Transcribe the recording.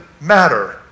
matter